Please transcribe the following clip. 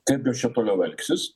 kaip jos čia toliau elgsis